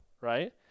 right